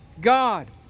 God